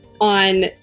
on